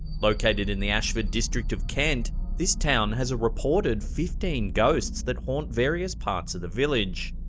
located in the ashford district of kent, this town has a reported fifteen ghosts that haunt various parts of the village.